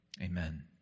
Amen